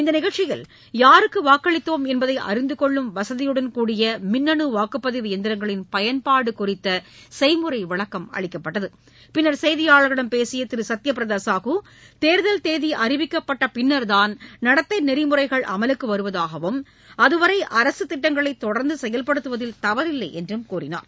இந்தநிகழ்ச்சியில் யாருக்குவாக்களித்தோம் என்பதைஅறிந்தகொள்ளும் வசதியுடன் கூடிய மின்னணுவாக்குப்பதிவு இயந்திரங்களின் பயன்பாடுகுறித்தசெய்முறைவிளக்கம் அளிக்கப்பட்டது பின்னர் செய்தியாளர்களிடம் பேசியதிரு சத்யபிரதசாஹூ தேர்தல் தேதிஅறிவிக்கப்பட்டபின்னர் தான் நடத்தைநெறிமுறைகள் அமலுக்குவருவதாகவும் அதுவரைஅரசுதிட்டங்களைதொடர்ந்துசெயல்படுத்துவதில் தவறில்லைஎன்றும் கூறினார்